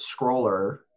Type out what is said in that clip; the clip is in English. scroller